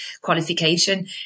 qualification